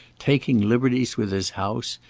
taking liberties with his house,